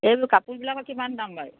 এই কাপোৰবিলাকৰ কিমান দাম বাৰু